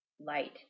light